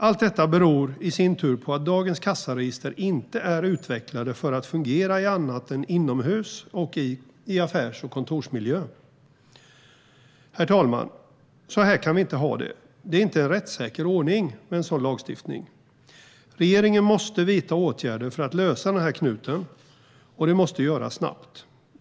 Allt detta beror i sin tur på att dagens kassaregister inte är utvecklade för att fungera annat än inomhus i affärs och kontorsmiljö. Herr talman! Så här kan vi inte ha det. Det är inte en rättssäker ordning med en sådan lagstiftning. Regeringen måste vidta åtgärder för att lösa den här knuten, och det måste göras snabbt.